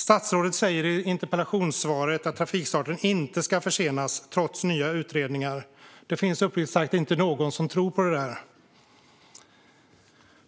Statsrådet säger i interpellationssvaret att trafikstarten inte ska försenas trots nya utredningar. Det finns uppriktigt sagt inte någon som tror på det.